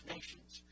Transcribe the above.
Nations